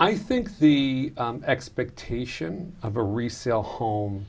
i think the expectation of a resale home